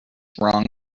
wrong